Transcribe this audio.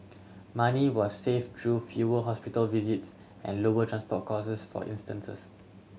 money was save through fewer hospital visits and lower transport costs for instances